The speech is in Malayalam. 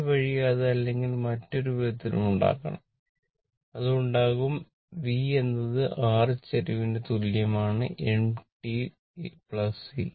ഈ വഴി അത് അല്ലെങ്കിൽ മറ്റൊരു വിധത്തിൽ ഉണ്ടാക്കണം അത് ഉണ്ടാക്കണം V എന്നത് r ചരിവിന് തുല്യമാണ് m t C